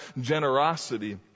generosity